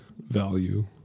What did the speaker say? value